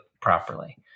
properly